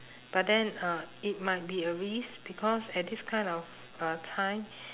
but then uh it might be a risk because at this kind of uh time